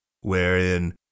wherein